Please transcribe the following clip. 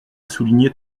souligner